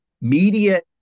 media